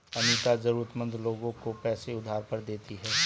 अनीता जरूरतमंद लोगों को पैसे उधार पर देती है